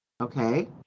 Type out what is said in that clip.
Okay